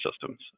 systems